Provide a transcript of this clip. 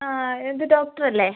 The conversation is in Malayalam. ആ ഇത് ഡോക്ടർ അല്ലേ